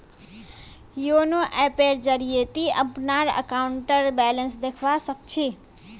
YONO ऐपेर जरिए ती अपनार अकाउंटेर बैलेंस देखवा सख छि